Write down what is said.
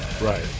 Right